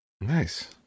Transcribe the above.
Nice